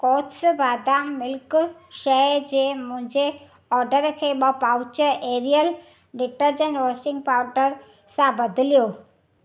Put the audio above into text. कोथ्स बादाम मिल्क शइ जे मुंहिंजे ऑडर खे ॿ pouch Ariel detergent washing powder सां बदिलियो